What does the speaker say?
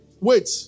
Wait